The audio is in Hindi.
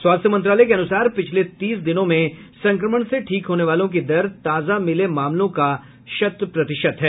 स्वास्थ्य मंत्रालय के अनुसार पिछले तीस दिनों में संक्रमण से ठीक होने वालों की दर ताजा मिले मामलों का शत प्रतिशत है